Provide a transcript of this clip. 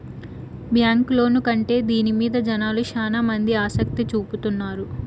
bank loan కంటే దీని మీద జనాలు శ్యానా మంది ఆసక్తి చూపుతున్నారు